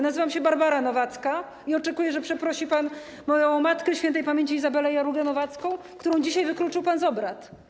Nazywam się Barbara Nowacka i oczekuję, że przeprosi pan moją matkę, śp. Izabelę Jarugę-Nowacką, którą dzisiaj wykluczył pan z obrad.